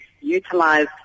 utilize